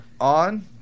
On